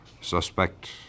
suspect